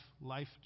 life